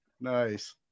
Nice